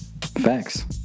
Facts